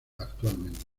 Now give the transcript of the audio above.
actualmente